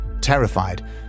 Terrified